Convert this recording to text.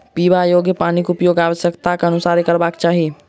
पीबा योग्य पानिक उपयोग आवश्यकताक अनुसारेँ करबाक चाही